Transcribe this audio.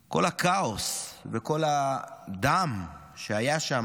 הכאוס וכל הדם שהיה שם,